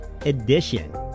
Edition